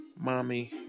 Mommy